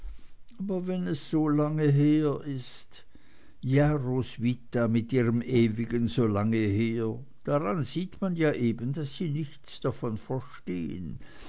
aber wenn es so lange her ist ja roswitha mit ihrem ewigen so lange her daran sieht man ja eben daß sie nichts davon verstehen